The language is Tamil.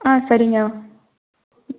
ஆ சரிங்க